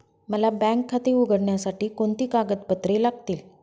मला बँक खाते उघडण्यासाठी कोणती कागदपत्रे लागतील?